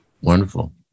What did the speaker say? Wonderful